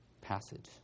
passage